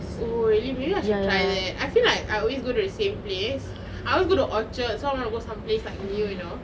oh really maybe I should try that I feel like I always go to the same place I always go to orchard so I wanna go some place like new you know